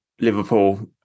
Liverpool